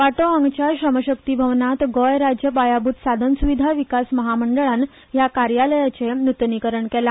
पाटो हांगाच्या श्रम शक्ती भवनात गोंय राज्य पायाभूत साधनसूविधा विकास महामंडळान ह्या कार्यालयाचे नुतनीकरण केला